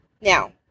now